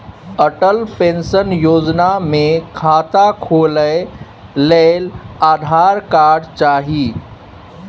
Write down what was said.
Atal pension Yojana मे खाता खोलय लेल आधार कार्ड चाही